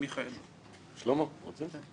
שלמה, רוצה?